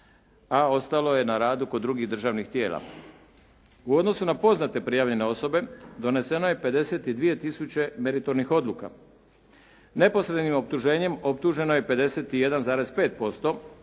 a ostalo je na radu kod drugih državnih tijela. U odnosu na poznate prijavljene osobe, doneseno je 52 tisuće meritornih odluka. Neposrednim optuženjem, optuženo je 51,5%,